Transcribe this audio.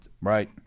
Right